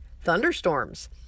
thunderstorms